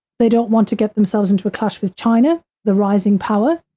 they don't want to get themselves into a clash with china, the rising power,